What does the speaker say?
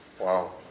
wow